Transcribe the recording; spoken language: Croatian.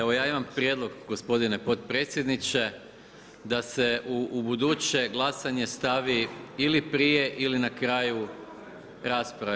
Evo ja imam prijedlog gospodine potpredsjedniče da se ubuduće glasanje stavi ili prije ili na kraju rasprave.